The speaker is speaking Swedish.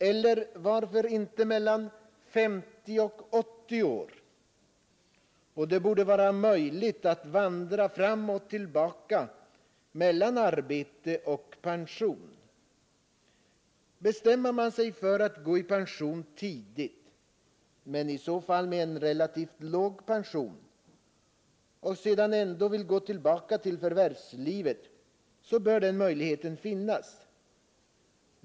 Eller varför inte mellan 50 och 80 år! Och det borde vara möjligt att vandra fram och tillbaka mellan arbete och pension. Bestämmer man sig för att gå i pension tidigt, men i så fall med en relativt låg pension, och sedan ändå vill gå tillbaka till förvärvslivet, så bör den möjligheten finnas.